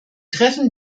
treffen